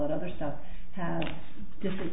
that other stuff had different